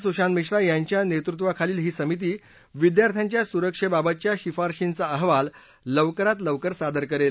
सुशांत मिश्रा यांच्या नेतृत्वाखालील ही समिती विद्यार्थ्यांच्या सुरक्षेबाबतच्या शिफारशींचा अहवाल लवकरात लवकर सादर करेल